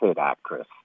actress